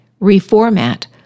reformat